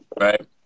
right